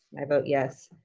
i vote yes,